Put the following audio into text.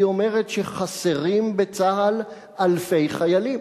היא אומרת שחסרים בצה"ל אלפי חיילים.